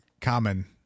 common